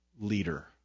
leader